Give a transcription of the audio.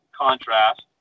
Contrast